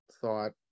thought